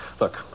Look